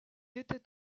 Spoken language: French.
était